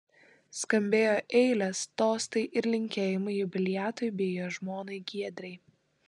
skambėjo eilės tostai ir linkėjimai jubiliatui bei jo žmonai giedrei